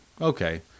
Okay